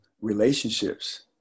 relationships